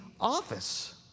office